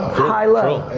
high, low.